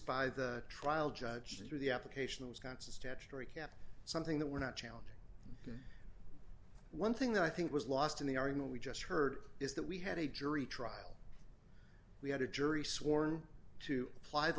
by the trial judge through the application of wisconsin statutory cap something that we're not challenging one thing that i think was lost in the argument we just heard is that we had a jury trial we had a jury sworn to apply the